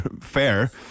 fair